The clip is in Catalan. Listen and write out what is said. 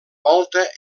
volta